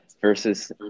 versus